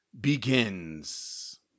begins